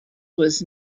was